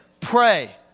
pray